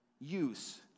use